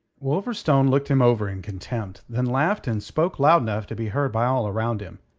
wolverstone looked him over in contempt, then laughed and spoke loud enough to be heard by all around him.